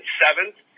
seventh